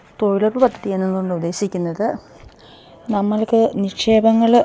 തൊഴിലുറപ്പ് പദ്ധതിയെന്നതുകൊണ്ട് ഉദ്ദേശിക്കുന്നത് നമുക്ക് നിക്ഷേപങ്ങള്